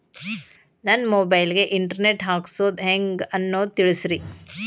ನನ್ನ ಮೊಬೈಲ್ ಗೆ internet ಹಾಕ್ಸೋದು ಹೆಂಗ್ ಅನ್ನೋದು ತಿಳಸ್ರಿ